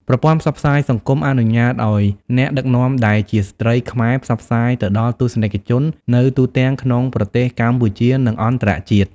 ប្រព័ន្ធផ្សព្វផ្សាយសង្គមអនុញ្ញាតឱ្យអ្នកដឹកនាំដែលជាស្ត្រីខ្មែរផ្សព្វផ្សាយទៅដល់ទស្សនិកជននៅទូទាំងក្នុងប្រទេសកម្ពុជា និងអន្តរជាតិ។